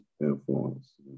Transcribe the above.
influence